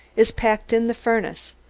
is packed in the furnace,